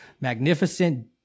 magnificent